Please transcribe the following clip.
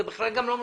זה בכלל גם לא משנה.